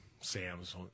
Sam's